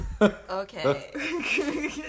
Okay